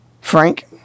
Frank